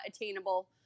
attainable